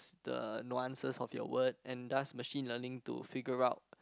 the no answers of your word and does machine learning to figure out